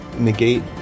negate